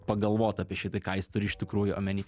pagalvot apie šitai ką jis turi iš tikrųjų omeny